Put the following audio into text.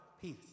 peace